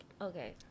okay